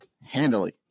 handily